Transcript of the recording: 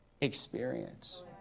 experience